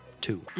two